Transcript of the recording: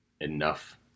enough